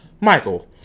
Michael